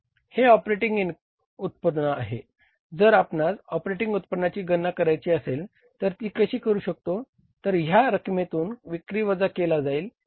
हे ऑपरेटिंग उत्पन्न आहे जर आपणास ऑपरेटिंग उत्पन्नाची गणना करायची असेल तर ती कशी करू शकतो तर ह्या रक्कमेतून विक्री वजा केला जाईल